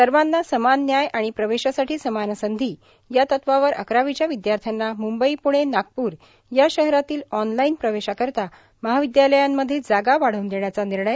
सर्वांना समान न्याय आणि प्रवेशासाठी समान संधी या तत्वावर अकरावीच्या विद्यार्थ्यांना म्ंबई प्णे नागपूर या शहरातील ऑनलाईन प्रवेशाकरिता महाविद्यालयामध्ये जागा वाढवून देण्याचा निर्णय